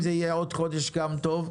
אם זה יהיה עוד חודש, גם טוב.